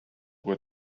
what